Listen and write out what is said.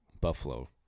Buffalo